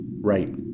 right